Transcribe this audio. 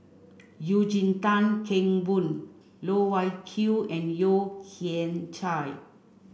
Eugene Tan Kheng Boon Loh Wai Kiew and Yeo Kian Chai